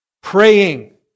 praying